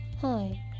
Hi